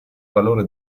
valore